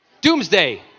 Doomsday